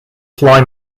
fly